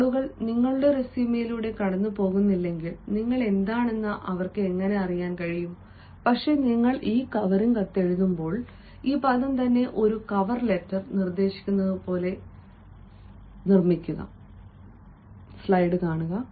ആളുകൾ നിങ്ങളുടെ റെസ്യുമെലൂടെ കടന്നുപോകുന്നില്ലെങ്കിൽ നിങ്ങൾ എന്താണെന്ന് അവർക്ക് എങ്ങനെ അറിയാൻ കഴിയും പക്ഷേ നിങ്ങൾ ഈ കവറിംഗ് കത്തെഴുതുമ്പോൾ ഈ പദം തന്നെ ഒരു കവർ ലെറ്റർ നിർദ്ദേശിക്കുന്നതുപോലെ നിർമ്മിക്കുക